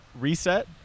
reset